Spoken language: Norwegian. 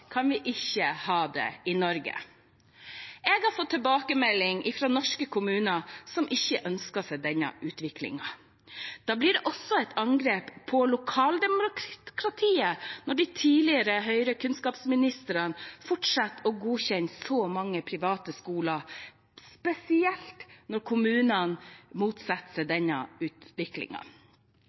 kan vi ikke ha det i Norge. Jeg har fått tilbakemeldinger fra norske kommuner som ikke ønsker seg denne utviklingen. Da blir det også et angrep på lokaldemokratiet når de tidligere Høyre-kunnskapsministrene har fortsatt å godkjenne så mange private skoler, spesielt når kommunene motsetter seg denne